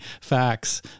facts